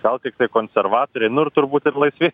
gal tiktai konservatoriai nu ir turbūt ir laisvi čia